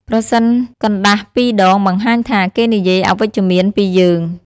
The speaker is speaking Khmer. ប្រសិនកណ្តាស់ពីរដង បង្ហាញថា គេនិយាយអវិជ្ជមានពីយើង។